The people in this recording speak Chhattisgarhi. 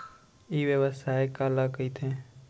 ई व्यवसाय काला कहिथे?